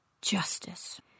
justice